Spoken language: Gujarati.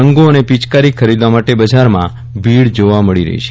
રંગો અને પિચકારી ખરીદવા માટે બજારમાં ભીડ જોવા મળી રહી છે